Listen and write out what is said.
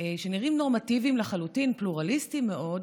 שנראים נורמטיביים לחלוטין, פלורליסטיים מאוד,